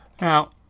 Now